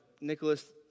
Nicholas